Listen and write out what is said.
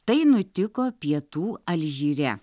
tai nutiko pietų alžyre